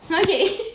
Okay